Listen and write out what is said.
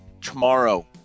tomorrow